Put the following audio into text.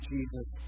Jesus